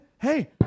hey